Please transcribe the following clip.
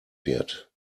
wird